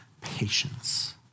patience